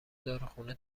داروخونه